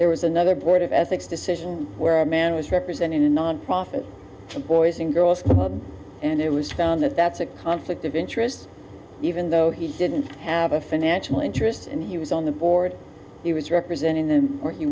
there was another board of ethics decision where a man was representing a nonprofit boys and girls and it was found that that's a conflict of interest even though he didn't have a financial interest and he was on the board he was representing them or he